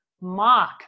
mock